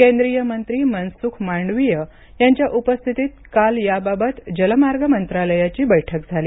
केंद्रिय मंत्री मनसुख मांडवीय यांच्या उपस्थितीत काल याबाबत जलमार्ग मंत्रालयाची बैठक झाली